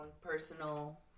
personal